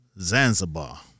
Zanzibar